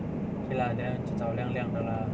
K lah then 就找亮亮的啦